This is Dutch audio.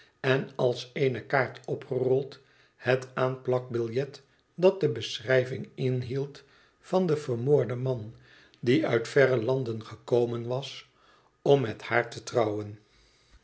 en als eene kaart opgerold het aanplakbiljet dat de beschrijving inhield van den vermoorden man die uit verre landen gekomen was om met haar te troueen